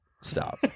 Stop